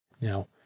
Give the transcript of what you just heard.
Now